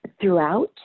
Throughout